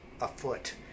afoot